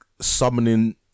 summoning